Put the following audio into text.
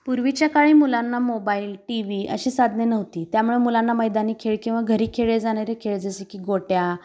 पूर्वीच्या काळी मुलांना मोबाईल टी व्ही अशी साधने नव्हती त्यामुळे मुलांना मैदानी खेळ किंवा घरी खेळले जाणारे खेळ जसे की गोट्या